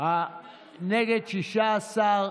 נגד, 16,